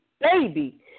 baby